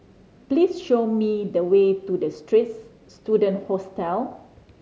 please show me the way to The Straits Student Hostel